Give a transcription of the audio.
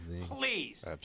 Please